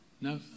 No